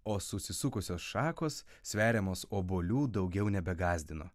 o susisukusios šakos sveriamos obuolių daugiau nebegąsdino